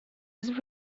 was